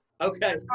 okay